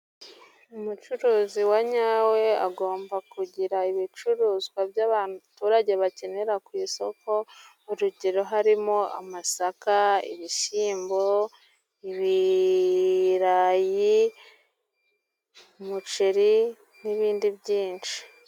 Umucuruzi wa nyawe agomba kugira ibicuruzwa by'abaturage bakenera ku isoko, urugero harimo amasaka, ibishyimbo, ibirayi, umuceri n'ibindi byinshi.